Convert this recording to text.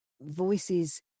Voices